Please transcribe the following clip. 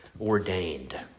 ordained